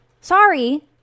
Sorry